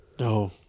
No